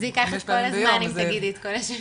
אנחנו